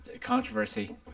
controversy